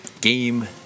game